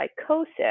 psychosis